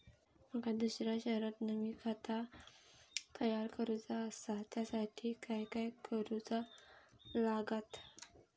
माका दुसऱ्या शहरात नवीन खाता तयार करूचा असा त्याच्यासाठी काय काय करू चा लागात?